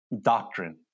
doctrine